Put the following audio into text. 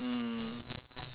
mm